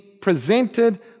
presented